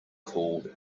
called